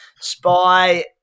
Spy